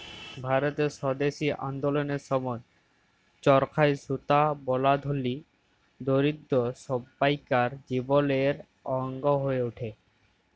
ভারতের স্বদেশী আল্দললের সময় চরখায় সুতা বলা ধলি, দরিদ্দ সব্বাইকার জীবলের অংগ হঁয়ে উঠে